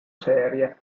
serie